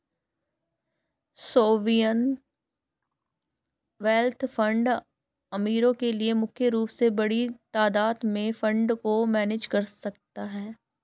sovereign wealth fund अमीरो के लिए मुख्य रूप से बड़ी तादात में फंड को मैनेज करता है